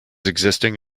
existing